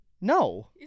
No